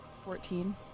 Fourteen